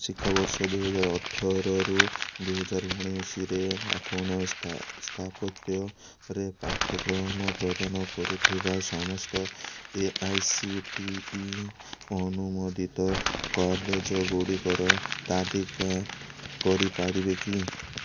ଶିକ୍ଷାବର୍ଷ ଦୁଇହଜାରଅଠର ରୁ ଦୁଇହଜାରଉଣେଇଶିରେ ଆପଣ ସ୍ଥାପତ୍ୟରେ ପାଠ୍ୟକ୍ରମ ପ୍ରଦାନ କରୁଥିବା ସମସ୍ତ A I C T E ଅନୁମୋଦିତ କଲେଜ୍ ଗୁଡ଼ିକର ତାଲିକା କରିପାରିବେ କି